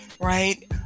right